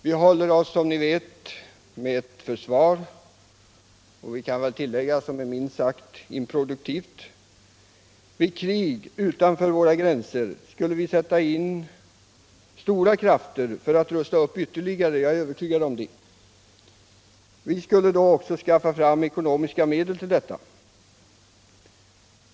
Som alla vet håller vi oss med ett försvar — och jag kan tillägga ett försvar som är minst sagt improduktivt — men jag är övertygad om att vid krig utanför våra gränser skulle vi sätta in stora krafter på att rusta upp det försvaret ytterligare. Och då skulle vi också skaffa fram ekonomiska medel till detta.